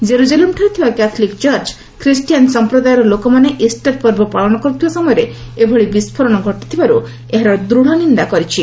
ଜେରୁଜେଲମ୍ଠାରେ ଥିବା Catholic church Christian ସମ୍ପ୍ରଦାୟର ଲୋକମାନେ ଇଷ୍ଟର ପର୍ବ ପାଳନ କରୁଥିବା ସମୟରେ ଏଭଳି ବିସ୍କୋରଣ ଘଟିଥିବାର୍ତ୍ତ ଏହାର ଦୂଢ ନିନ୍ଦା କରିଛି